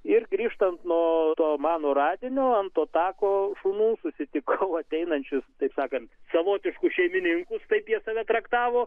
ir grįžtant nuo to mano radinio ant to tako šunų susitikau ateinančius taip sakant savotiškus šeimininkus taip jie save traktavo